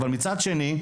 אבל מצד שני,